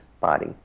body